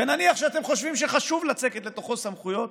ונניח שאתם חושבים שחשוב לצקת לתוכו סמכויות,